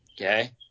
okay